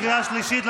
קריאה שלישית,